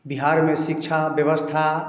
बिहार में शिक्षा व्यवस्था